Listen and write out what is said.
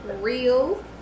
real